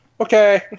Okay